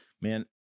man